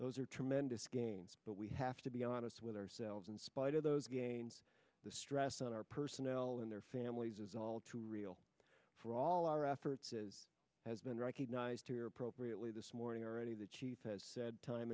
those are tremendous gains that we have to be honest with ourselves in spite of those gains the stress on our personnel and their families is all too real for all our efforts as has been recognized here appropriately this morning already the chief has said time